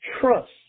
trust